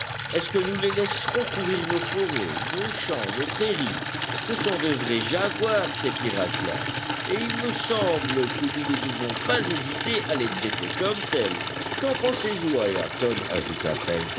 est-ce que nous les laisserons courir nos forêts nos champs nos prairies ce sont de vrais jaguars ces pirates là et il me semble que nous ne devons pas hésiter à les traiter comme tels qu'en pensez-vous ayrton ajouta